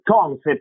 concept